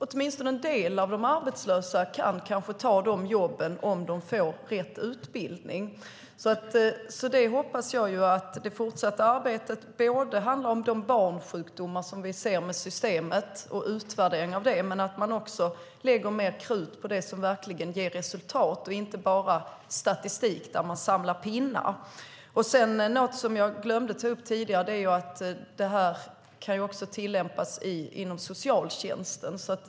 Åtminstone en del av de arbetslösa kan kanske ta de jobben om de får rätt utbildning. Jag hoppas att det fortsatta arbetet både handlar om de barnsjukdomar vi ser med systemet och de utvärderingar som görs av det men att man också lägger mer krut på det som verkligen ger resultat och inte bara är statistik där man samlar pinnar. Något som jag glömde ta upp tidigare är att detta också kan tillämpas inom socialtjänsten.